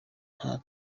nta